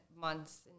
months